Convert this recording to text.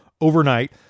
overnight